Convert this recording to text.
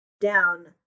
down